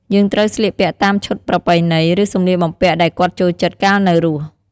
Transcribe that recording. យើងត្រូវស្លៀកពាក់តាមឈុតប្រពៃណី ឬសម្លៀកបំពាក់ដែលគាត់ចូលចិត្តកាលនៅរស់។